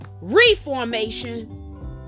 reformation